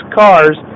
cars